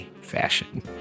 fashion